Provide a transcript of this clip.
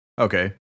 Okay